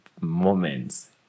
moments